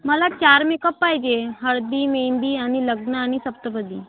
मला चार मेकप पाहिजे हळदी मेंदी आणि लग्न आणि सप्तपदी